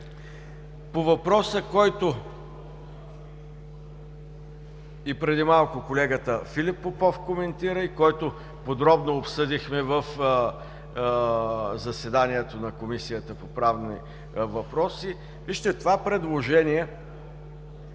По въпроса, който преди малко колегата Филип Попов коментира и който подробно обсъдихме в заседанието на Комисията по правни въпроси. Вижте, това предложение